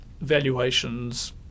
valuations